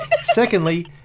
secondly